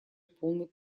полной